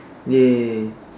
!yay!